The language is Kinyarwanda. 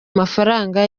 amafaranga